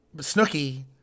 Snooky